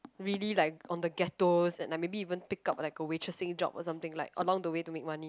really like on the ghettos and like maybe even take up like a waitressing job or something like along the way to make money